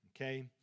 okay